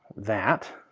that,